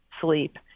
sleep